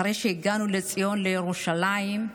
אחרי שהגענו לציון, לירושלים,